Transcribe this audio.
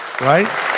right